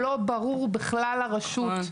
לא ברור בכלל לרשות,